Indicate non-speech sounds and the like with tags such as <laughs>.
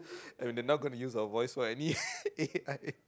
and they're not gonna use our voice for any <laughs> A_I